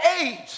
age